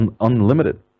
unlimited